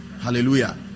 Hallelujah